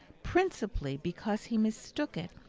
principally because he mistook it,